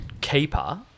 keeper